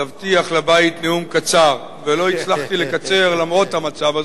תבטיח לבית נאום קצר ולא הצלחתי לקצר למרות המצב הזה.